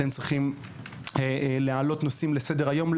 אתם צריכים להעלות נושאים לסדר היום,